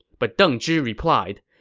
but deng zhi replied,